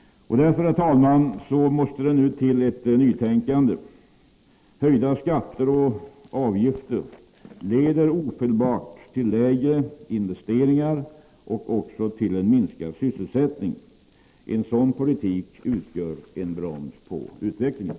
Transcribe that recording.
Därför, herr talman, måste det nu till ett nytänkande. Höjda skatter och avgifter leder ofelbart till lägre investeringar och även till en minskad sysselsättning. En sådan politik utgör en broms på utvecklingen.